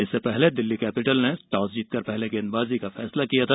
इससे पहले दिल्लीर कैपिटल ने टॉस जीतकर पहले गेंदबाजी करने का फैसला किया था